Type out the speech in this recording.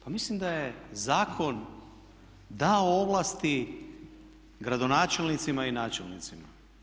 Pa mislim da je zakon dao ovlasti gradonačelnicima i načelnicima.